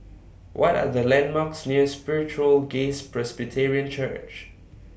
What Are The landmarks near Spiritual Grace Presbyterian Church